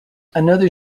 another